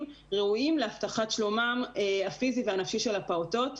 ראויים להבטחת שלומם הפיזי והנפשי של הפעוטות.